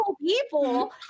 people